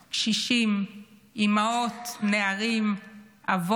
קשישים, אימהות, נערים, אבות.